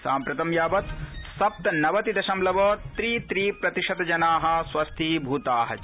साम्प्रतं यावत् सप्तनवति दशमलव त्रि त्रि प्रतिशत जना स्वस्थीभूता च